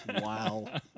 Wow